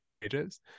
pages